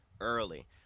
early